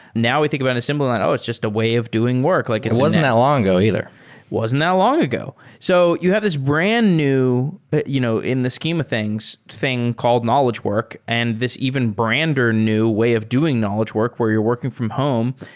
now we think about an assembly line, oh, it's just a way of doing work. like it wasn't that long ago either. it wasn't that long ago. so you have this brand-new that, you know in the scheme of things, thing called knowledge work, and this even brander new way of doing knowledge work where you're working from home.